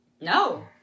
No